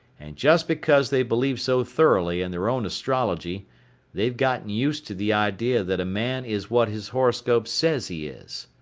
and just because they believe so thoroughly in their own astrology they've gotten used to the idea that a man is what his horoscope says he is.